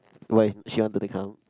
why she want to take count